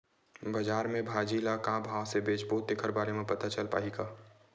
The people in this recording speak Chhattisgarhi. बजार में भाजी ल का भाव से बेचबो तेखर बारे में पता चल पाही का?